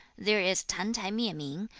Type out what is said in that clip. there is tan-t'ai mieh-ming,